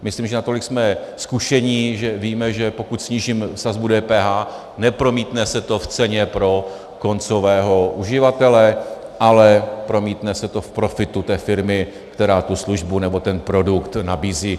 Myslím, že natolik jsme zkušení, že víme, že pokud snížíme sazbu DPH, nepromítne se to v ceně pro koncového uživatele, ale promítne se to v profitu té firmy, která službu nebo produkt nabízí.